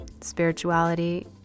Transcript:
spirituality